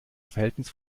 verhältnis